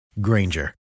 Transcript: Granger